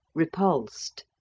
repulsed.